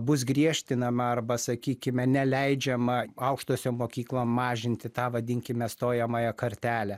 bus griežtinama arba sakykime neleidžiama aukštosiom mokyklom mažinti tą vadinkime stojamąją kartelę